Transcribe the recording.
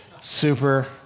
super